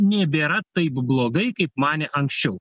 nebėra taip blogai kaip manė anksčiau